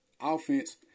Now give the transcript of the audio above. Offense